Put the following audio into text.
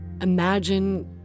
Imagine